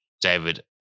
David